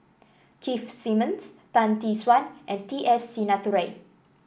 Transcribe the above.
Keith Simmons Tan Tee Suan and T S Sinnathuray